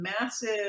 massive